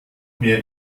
mehr